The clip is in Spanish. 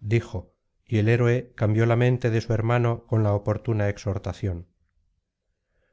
dijo y el héroe cambió la mente de su hermano con la oportuna exhortación